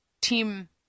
team